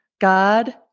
god